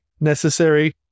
necessary